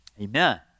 Amen